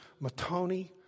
Matoni